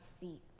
feet